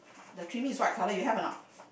the trimming is white colour you have or not